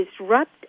disrupt